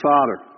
Father